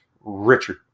Richard